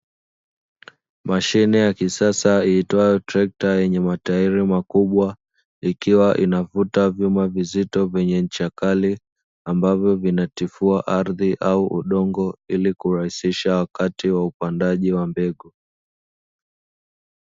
Mashine ya kisasa iitwayo trekta yenye matairi makubwa ikiwa inavuta vyuma vizito vyenye ncha kali ambavyo vinatifua ardhi au udongo ili kurahisisha wakati wa upandaji wa mbegu.